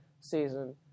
season